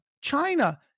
China